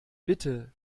bitte